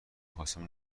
خواستیم